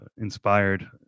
inspired